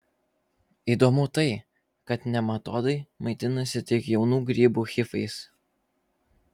įdomu tai kad nematodai maitinasi tik jaunų grybų hifais